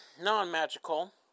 non-magical